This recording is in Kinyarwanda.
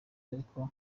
ariko